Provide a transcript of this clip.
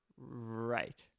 Right